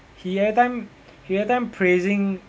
he everytime he everytime praising